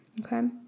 Okay